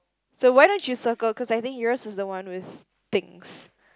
so why don't you circle cause I think yours is the one with things